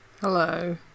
Hello